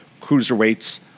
cruiserweights